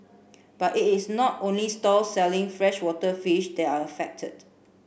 but it is not only stall selling freshwater fish that are affected